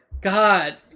God